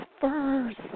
first